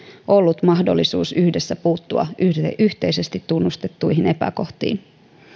ollut mahdollisuus yhdessä puuttua yhteisesti tunnustettuihin epäkohtiin